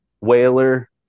whaler